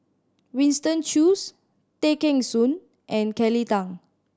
Winston Choos Tay Kheng Soon and Kelly Tang